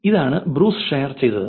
ഇതാണ് Bruce Schneier ചെയ്തത്